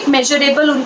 Measurable